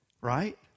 right